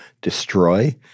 destroy